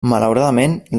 malauradament